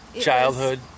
childhood